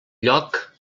lloc